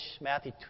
Matthew